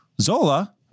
Zola